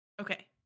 Okay